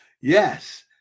Yes